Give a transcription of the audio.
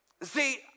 See